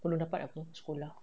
belum dapat apa sekolah